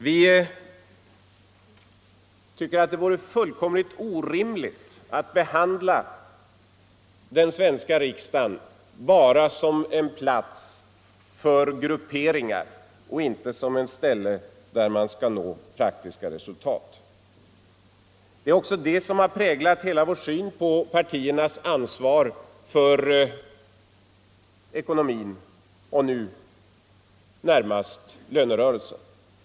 Vi tycker att det vore fullkomligt orimligt att behandla den svenska riksdagen bara som en plats för grupperingar och inte som ett ställe där man skall nå praktiska resultat. Det är också detta som har präglat hela vår syn på partiernas ansvar för ekonomin, nu närmast i samband med lönerörelsen.